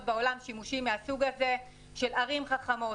בעולם שימושים מהסוג הזה של ערים חכמות,